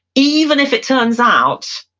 even if it turns out